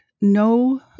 no